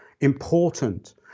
important